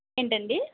ఏంటండి